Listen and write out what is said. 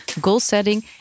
goal-setting